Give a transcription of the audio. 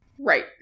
Right